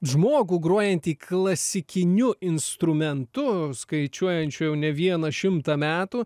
žmogų grojantį klasikiniu instrumentu skaičiuojančiu jau ne vieną šimtą metų